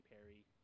Perry